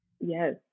Yes